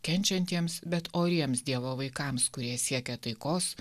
kenčiantiems bet oriems dievo vaikams kurie siekia taikos